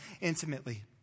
Intimately